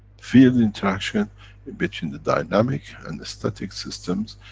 field interaction between the dynamic and the static systems,